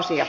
asia